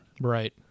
Right